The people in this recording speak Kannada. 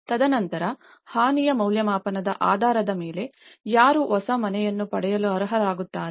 ತದನಂತರ ಹಾನಿಯ ಮೌಲ್ಯಮಾಪನದ ಆಧಾರದ ಮೇಲೆ ಯಾರು ಹೊಸ ಮನೆಯನ್ನು ಪಡೆಯಲು ಅರ್ಹರಾಗುತ್ತಾರೆ